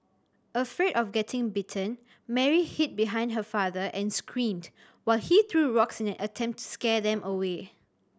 afraid of getting bitten Mary hid behind her father and screamed while he threw rocks in an attempt to scare them away